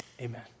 Amen